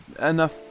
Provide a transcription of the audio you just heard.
enough